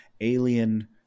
alien